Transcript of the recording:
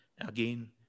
again